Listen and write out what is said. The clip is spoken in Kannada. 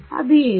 ಆದರೆ ಅದು ಏನು